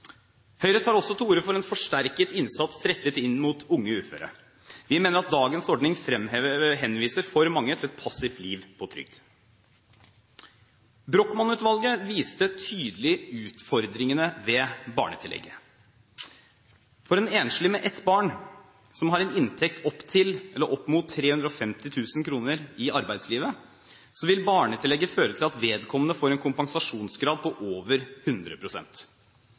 Høyre tar også til orde for en forsterket innsats rettet inn mot unge uføre. Vi mener at dagens ordning henviser for mange til et passivt liv på trygd. Brochmann-utvalget viste tydelig utfordringene ved barnetillegget. For en enslig med ett barn som har en inntekt opp mot 350 000 kr i arbeidslivet, vil barnetillegget føre til at vedkommende får en kompensasjonsgrad på over